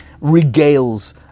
regales